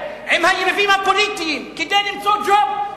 עם היריבים הפוליטיים כדי למצוא ג'וב.